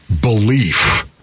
belief